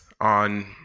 on